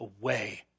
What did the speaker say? away